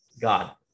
God